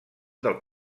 del